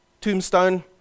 tombstone